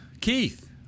Keith